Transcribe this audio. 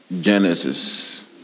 Genesis